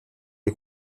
ait